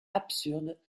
absurde